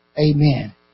Amen